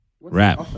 Rap